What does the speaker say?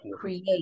create